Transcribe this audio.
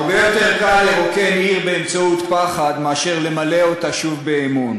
הרבה יותר קל לרוקן עיר באמצעות פחד מאשר למלא אותה שוב באמון.